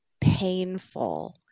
painful